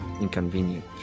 inconvenient